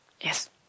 Yes